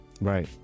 Right